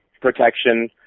protection